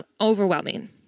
overwhelming